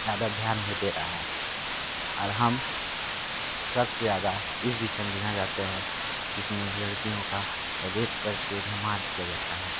ज़्यादा ध्यान नहीं दे रहा है और हम सब से ज़्यादा इस विशय में लिखना चाहते हैं जिस में लड़कियों को रेप कर के उन्हें मार दिया जाता है